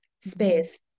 space